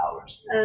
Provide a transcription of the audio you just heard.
hours